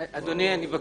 אדוני, אני מבקש,